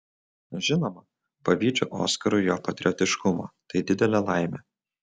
žinoma pavydžiu oskarui jo patriotiškumo tai didelė laimė